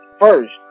first